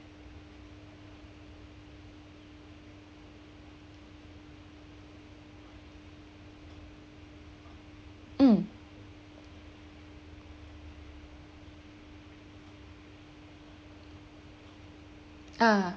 mm ah